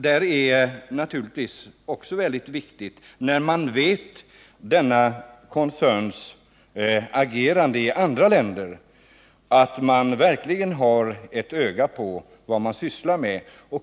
Det är naturligtvis väldigt viktigt att man, när man har kunskap om denna koncerns agerande i andra länder, verkligen håller ett öga på vad den sysslar med.